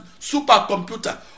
supercomputer